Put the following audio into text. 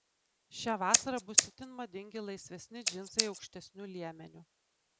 šią vasarą bus itin madingi laisvesni džinsai aukštesniu liemeniu